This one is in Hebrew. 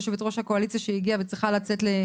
הקואליציה שהגיעה וצריכה לצאת.